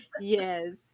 yes